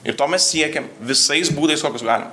ir to mes siekėm visais būdais kokius galim